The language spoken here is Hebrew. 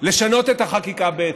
לשנות את החקיקה בהתאם,